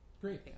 Great